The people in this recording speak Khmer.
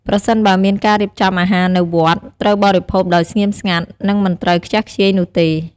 ប្រសិនបើមានការរៀបចំអាហារនៅវត្ត ត្រូវបរិភោគដោយស្ងៀមស្ងាត់ និងមិនត្រូវខ្ជះខ្ជាយនោះទេ។